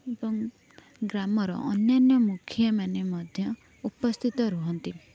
ଏବଂ ଗ୍ରାମର ଅନ୍ୟାନ ମୁଖିଆମାନେ ମଧ୍ୟ ଉପସ୍ଥିତ ରୁହନ୍ତି